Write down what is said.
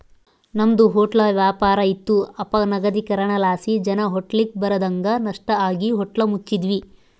ನಮ್ದು ಹೊಟ್ಲ ವ್ಯಾಪಾರ ಇತ್ತು ಅಪನಗದೀಕರಣಲಾಸಿ ಜನ ಹೋಟ್ಲಿಗ್ ಬರದಂಗ ನಷ್ಟ ಆಗಿ ಹೋಟ್ಲ ಮುಚ್ಚಿದ್ವಿ